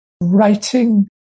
writing